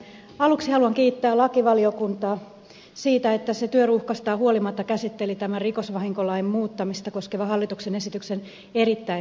aluksi haluan kiittää lakivaliokuntaa siitä että se työruuhkastaan huolimatta käsitteli tämän rikosvahinkolain muuttamista koskevan hallituksen esityksen erittäin ripeästi